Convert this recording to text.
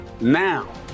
now